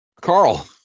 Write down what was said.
Carl